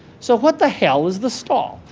so, what the hell is the stall?